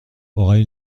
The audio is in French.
aurait